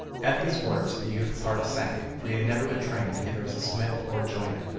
at these words the youth's heart sank, for he had never been trained either as a smith or a joiner.